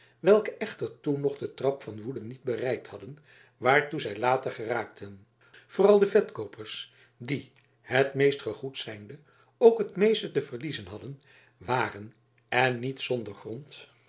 welke echter toen nog de trap van woede niet bereikt hadden waartoe zij later geraakten vooral de vetkoopers die het meest gegoed zijnde ook het meeste te verliezen hadden waren en niet zonder grond